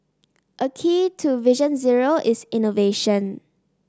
a key to Vision Zero is innovation